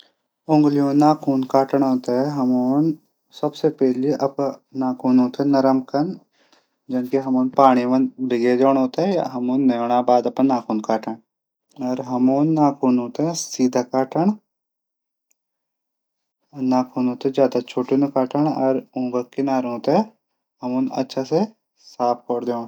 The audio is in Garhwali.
उंगलियों नाखून कटणे तै हमन सबसे पैली हमन अपड नाखूनो थै नरम कन। जनकी हम पाणी मा भिजो दीण ऊंथैई और नहाणो बाद अपड नाखून कटण। अर हमन नाखूनो थै सीधा कटण नाखूनो थै ज्यादा छुट नी कटण और उंगलियों किनारों तै अच्छा से साफ कैरी दिंण।